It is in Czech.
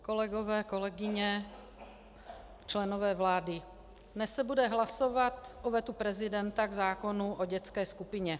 Kolegové, kolegyně, členové vlády, dnes se bude hlasovat o vetu prezidenta k zákonu o dětské skupině.